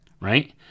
right